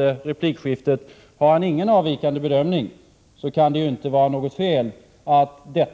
Om utrikesministern inte har någon avvikande bedömning, kan det inte vara fel att den